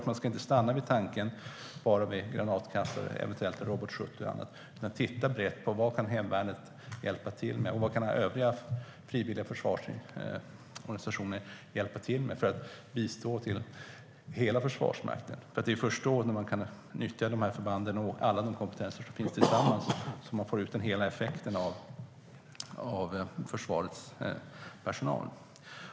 Man ska inte stanna vid tanken på granatkastare, robot 70 och annat, utan man måste titta brett på vad hemvärnet kan hjälpa till med och vad övriga frivilliga försvarsorganisationer kan hjälpa till med för att bistå hela Försvarsmakten. Det är först när alla kompetenser i förbanden kan nyttjas tillsammans som man får ut hela effekten av försvarets personal.